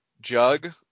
jug